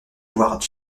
voire